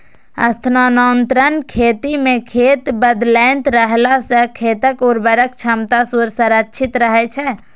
स्थानांतरण खेती मे खेत बदलैत रहला सं खेतक उर्वरक क्षमता संरक्षित रहै छै